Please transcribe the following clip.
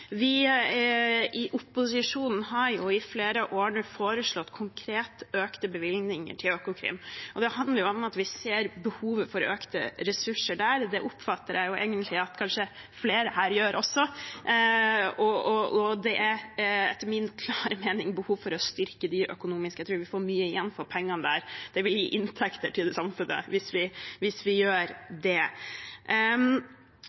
Vi i opposisjonen har i flere år foreslått konkret økte bevilgninger til Økokrim, og det handler om at vi ser behovet for økte ressurser der. Det oppfatter jeg at kanskje flere her også gjør. Det er etter min klare mening behov for å styrke dem økonomisk, jeg tror vi får mye igjen for pengene der. Det vil gi inntekter til samfunnet hvis vi